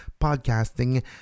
Podcasting